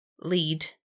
lead